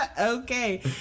Okay